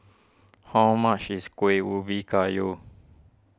how much is Kuih Ubi Kayu